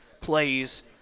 plays